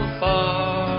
far